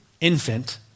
infant